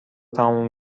تموم